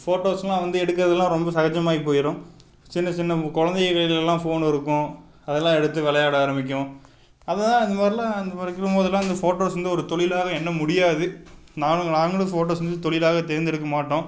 ஃபோட்டோஸெலாம் வந்து எடுக்கிறதுலாம் ரொம்ப சகஜமாகி போயிடும் சின்ன சின்ன குழந்தைங்க கையில் எல்லாம் ஃபோன் இருக்கும் அதெல்லாம் எடுத்து விளையாட ஆரம்பிக்கும் அதுதான் அந்தமாதிரில்லாம் அந்தமாதிரி இருக்கும் போதெல்லாம் அந்த ஃபோட்டோஸ் வந்து ஒரு தொழிலாகவே எண்ண முடியாது நானும் நாங்களும் ஃபோட்டோஸ் வந்து தொழிலாகவே தேர்ந்தெடுக்க மாட்டோம்